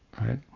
right